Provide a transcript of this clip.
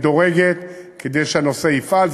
מדורגת, כדי שהנושא יפעל.